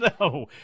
No